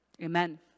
Amen